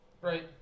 Right